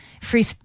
Free